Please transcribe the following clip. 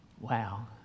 Wow